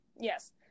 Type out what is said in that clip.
Yes